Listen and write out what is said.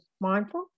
mindful